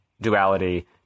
duality